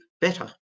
better